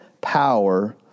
power